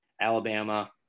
Alabama